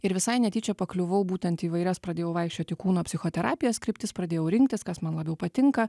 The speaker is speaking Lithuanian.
ir visai netyčia pakliuvau būtent įvairias pradėjau vaikščioti kūno psichoterapijos kryptis pradėjo rinktis kas man labiau patinka